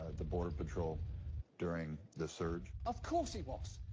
ah the border patrol during the surge. of course he was.